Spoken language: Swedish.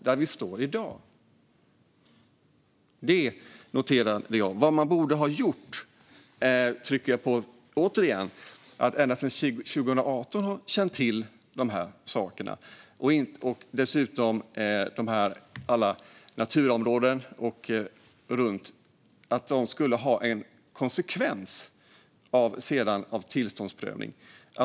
Jag vill återigen trycka på vad man borde ha gjort, då man har känt till dessa saker ända sedan 2018, och dessutom att alla naturområden runt om sedan skulle ha en konsekvens av tillståndsprövning.